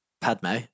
Padme